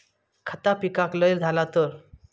खता पिकाक लय झाला तर?